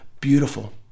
beautiful